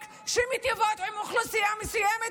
הצעות חוק שמטיבות עם אוכלוסייה מסוימת,